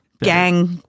gang